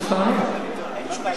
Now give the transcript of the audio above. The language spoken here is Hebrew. אנחנו השתכנענו.